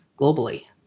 globally